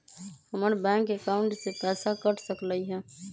हमर bank account से पैसा कट सकलइ ह?